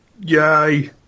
Yay